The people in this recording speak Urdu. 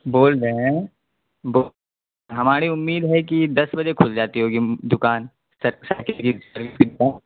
بول رہے ہیں بو ہماری امید ہے کہ دس بجے کھل جاتی ہوگی دکان